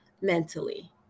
mentally